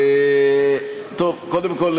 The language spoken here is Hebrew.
קודם כול,